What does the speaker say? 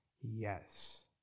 Yes